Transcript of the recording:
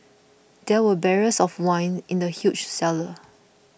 there were barrels of wine in the huge cellar